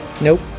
Nope